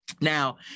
Now